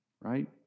right